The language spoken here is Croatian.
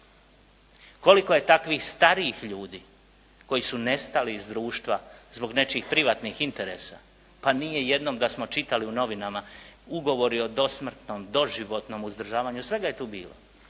Koliko je takvih starijih ljudi koji su nestali iz društva zbog nečijih privatnih intersa a nije jednom da smo čitali u novinama, ugovori o dosmrtnom, doživotnom uzdržavanju. Svega je tu bilo.